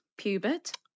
Pubert